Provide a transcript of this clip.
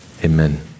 Amen